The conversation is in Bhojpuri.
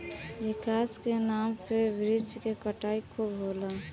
विकास के नाम पे वृक्ष के कटाई खूब होला